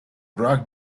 drug